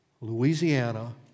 Louisiana